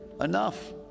enough